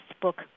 book